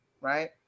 right